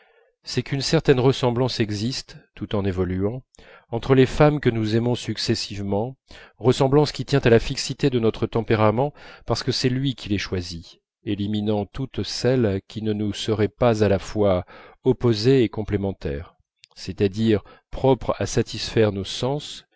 c'est qu'une certaine ressemblance existe tout en évoluant entre les femmes que nous aimons successivement ressemblance qui tient à la fixité de notre tempérament parce que c'est lui qui les choisit éliminant toutes celles qui ne nous seraient pas à la fois opposées et complémentaires c'est-à-dire propres à satisfaire nos sens